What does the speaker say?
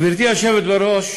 גברתי היושבת בראש,